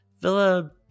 Villa